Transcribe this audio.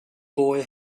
boy